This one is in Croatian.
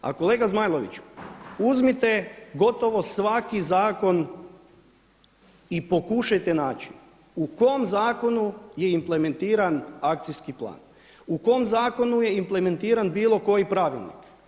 A kolega Zmajlović, uzmite gotovo svaki zakon i pokušajte naći u kom zakonu je implementiran akcijski plan, u kom zakonu je implementiran bilo koji pravilnik.